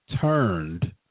turned